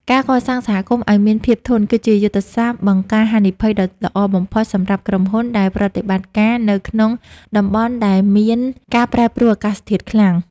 ការកសាងសហគមន៍ឱ្យមានភាពធន់ គឺជាយុទ្ធសាស្ត្របង្ការហានិភ័យដ៏ល្អបំផុតសម្រាប់ក្រុមហ៊ុន ដែលប្រតិបត្តិការនៅក្នុងតំបន់ដែលមានការប្រែប្រួលអាកាសធាតុខ្លាំង។